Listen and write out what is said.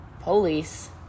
Police